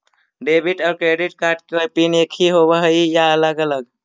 Debit और credit card के pin एकही होव हइ या अलग अलग?